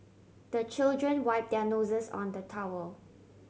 the children wipe their noses on the towel